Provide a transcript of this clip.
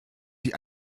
sie